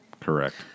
Correct